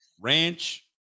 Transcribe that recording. ranch